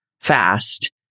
fast